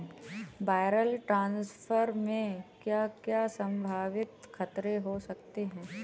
Wire transfer में क्या क्या संभावित खतरे हो सकते हैं?